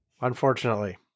unfortunately